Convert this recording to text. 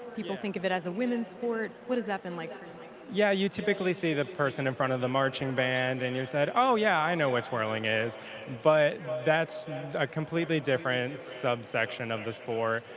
people think of it as a women's sport, what does that been like? tim yeah, you typically see the person in front of the marching band and you said oh yeah i know what twirling is but that's a completely different subsection of the sport.